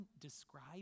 describe